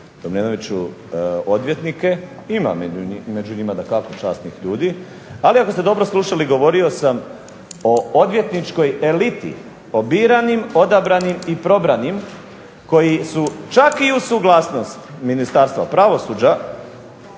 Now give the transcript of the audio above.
Tomljanoviću odvjetnike. Ima među njima dakako časnih ljudi. Ali ako ste dobro slušali govorio sam o odvjetničkoj eliti, o biranim, odabranim i probranim, koji su čak i uz suglasnost Ministarstva pravosuđa